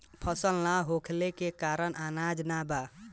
फसल ना होखले के कारण अनाज ना बा